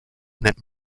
nennt